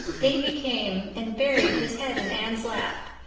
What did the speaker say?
davy came and buried his head in anne's lap,